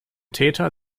täter